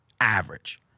average